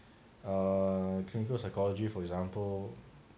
err clinical psychology for example